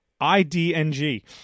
I-D-N-G